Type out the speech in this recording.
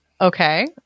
okay